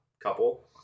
couple